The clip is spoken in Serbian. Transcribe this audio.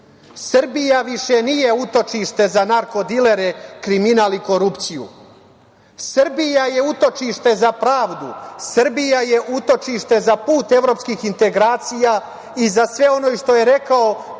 Srbija više nije utočište za narko-dilere, kriminal i korupciju. Srbija je utočište za pravdu. Srbija je utočište za put evropskih integracija i za sve ono i što je rekao